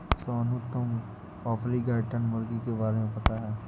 सोनू, तुम्हे ऑर्पिंगटन मुर्गी के बारे में पता है?